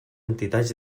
entitats